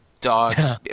dogs